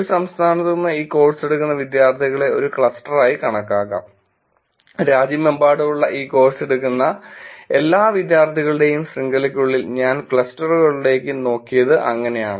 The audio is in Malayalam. ഒരു സംസ്ഥാനത്തുനിന്ന് ഈ കോഴ്സ് എടുക്കുന്ന വിദ്യാർത്ഥികളെ ഒരു ക്ലസ്റ്ററായി കണക്കാക്കാം രാജ്യമെമ്പാടുമുള്ള ഈ കോഴ്സ് എടുക്കുന്ന എല്ലാ വിദ്യാർത്ഥികളുടെയും ശൃംഖലയ്ക്കുള്ളിൽ ഞാൻ ക്ലസ്റ്ററുകളിലേക്ക് നോക്കിയത് അങ്ങനെയാണ്